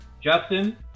Justin